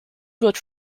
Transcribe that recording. wird